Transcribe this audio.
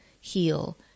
heal